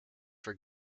for